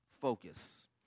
focus